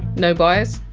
no bias,